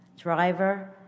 driver